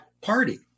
party